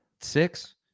Six